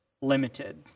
limited